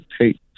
take